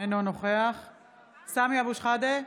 אינו נוכח סמי אבו שחאדה,